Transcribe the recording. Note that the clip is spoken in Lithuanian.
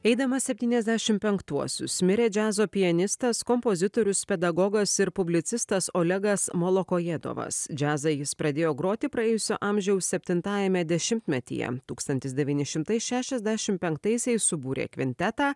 eidamas septyniasdešim penktuosius mirė džiazo pianistas kompozitorius pedagogas ir publicistas olegas molokojėdovas džiazą jis pradėjo groti praėjusio amžiaus septintajame dešimtmetyje tūkstantis devyni šimtai šešiasdešim penktaisiais subūrė kvintetą